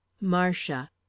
Marcia